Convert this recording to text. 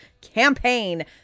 campaign